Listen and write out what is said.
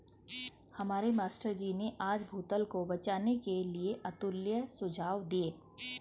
हमारे मास्टर जी ने आज भूजल को बचाने के लिए अतुल्य सुझाव दिए